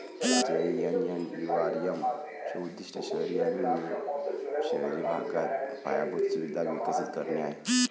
JNNURM चे उद्दीष्ट शहरी आणि निम शहरी भागात पायाभूत सुविधा विकसित करणे आहे